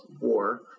war